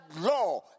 law